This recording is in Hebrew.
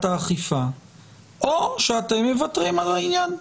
האכיפה או שאתם מוותרים על העניין.